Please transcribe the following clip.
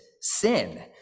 sin